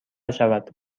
شود